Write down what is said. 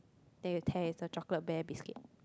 then you tear it's a chocolate bear biscuit